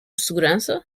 segurança